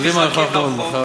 אז אם הוא יכול לחתום עד מחר,